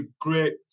great